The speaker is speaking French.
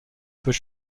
peut